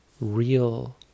real